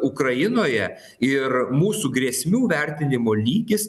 ukrainoje ir mūsų grėsmių vertinimo lygis